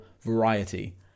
variety